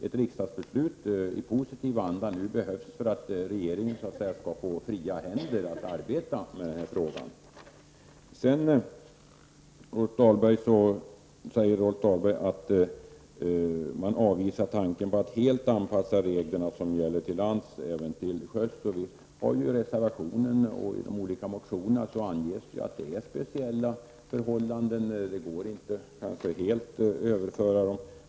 Ett riksdagsbeslut i positiv anda behövs nu för att regeringen så att säga skall få fria händer att arbeta med denna fråga. Rolf Dahlberg säger att man avvisar tanken på att helt anpassa reglerna som gäller till sjöss till dem som gäller till lands. I reservationen och de olika motionerna anges att det är speciella förhållanden. Det går inte att helt överföra dem.